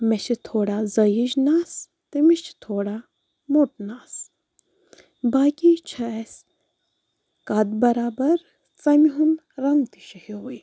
مےٚ چھِ تھوڑا زٲیِج نَس تٔمِس چھِ تھوڑا موٚٹ نَس باقٕے چھِ اسہِ قَد بَرابَر ژَمہِ ہیونٛد رَنٛگ تہِ چھُ ہیٚوٕے